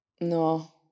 No